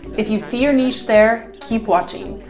if you see your niche there, keep watching.